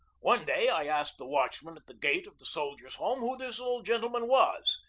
one day i asked the watchman at the gate of the soldiers' home who this old gentleman was.